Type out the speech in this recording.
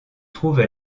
trouve